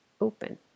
open